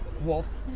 Wolf